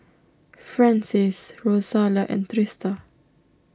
Francies Rosalia and Trista